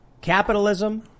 Capitalism